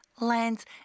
lands